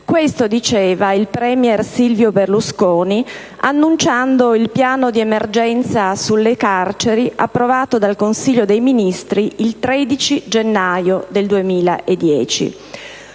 Questo diceva il *premier* Silvio Berlusconi annunciando il piano di emergenza sulle carceri approvato dal Consiglio dei ministri il 13 gennaio 2010.